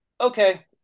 okay